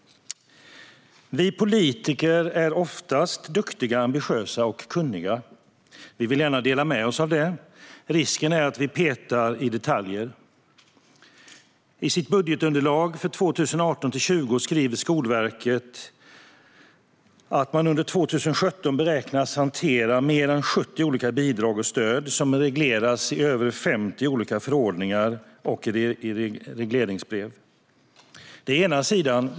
Vi politiker är oftast duktiga, ambitiösa och kunniga. Vi vill gärna dela med oss av det. Men risken är att vi petar i detaljer. I sitt budgetunderlag för 2018-2020 skriver Skolverket att man under 2017 beräknar att hantera mer än 70 olika bidrag och stöd som regleras i över 50 olika förordningar och regleringsbrev. Det är ena sidan.